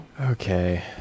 Okay